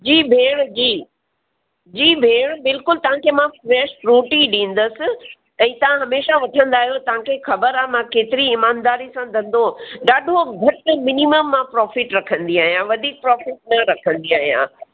जी भेण जी जी भेण बिल्कुलु तव्हांखे मां फ़्रैश फ्रूट ई ॾींदसि ऐं तव्हां हमेशा वठंदा आहियो तव्हांखे ख़बरु आहे मां केतिरी इमानदारी सां धंधो ॾाढो घटि मिनीमम मां प्रोफ़िट रखंदी आहियां वधीक प्रोफिट न रखंदी आहियां